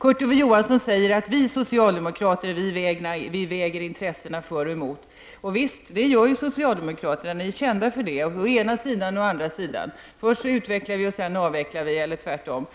Kurt Ove Johansson säger att socialdemokraterna väger intressena för och emot. Ja visst, socialdemokraterna är kända för att göra det. De säger ”å ena sidan och å andra sidan”, ”först utvecklar vi och sedan avvecklar vi”, eller tvärtom.